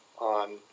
on